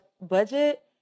Budget